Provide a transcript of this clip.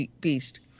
beast